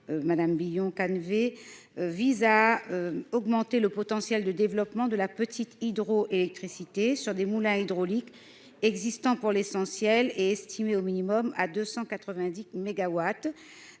Madame Billon Calvé vise à augmenter le potentiel de développement de la petite hydroélectricité sur des moulins hydrauliques existants pour l'essentiel est estimé au minimum à 290